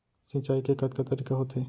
सिंचाई के कतका तरीक़ा होथे?